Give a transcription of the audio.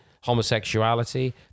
homosexuality